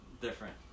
...different